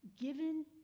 given